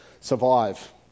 survive